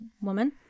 woman